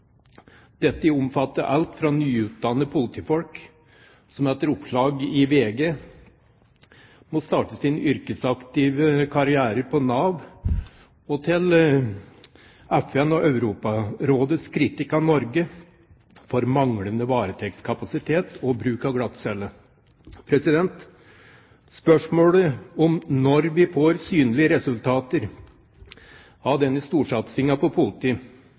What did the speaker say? Dette omfatter alt fra nyutdannede politifolk, som etter oppslag i VG må starte sin yrkesaktive karriere på Nav, til FNs og Europarådets kritikk av Norge for manglende varetektskapasitet og bruk av glattcelle. Spørsmålet om når vi får synlige resultater av denne storsatsingen på